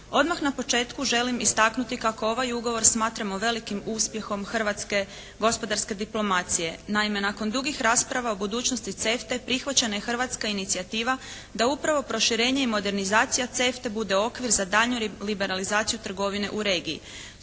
Odmah na početku želim istaknuti kako ovaj ugovor smatramo velikim uspjehom hrvatske gospodarske diplomacije. Naime nakon dugih rasprava o budućnosti CEFTA-e prihvaćena je hrvatska inicijativa da upravo proširenje i modernizacija CEFTA-e bude okvir za daljnju liberalizaciju trgovine u regiji.